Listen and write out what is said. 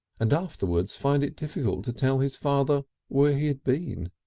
and afterwards find it difficult to tell his father where he had been